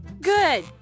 Good